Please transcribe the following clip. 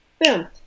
boom